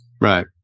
Right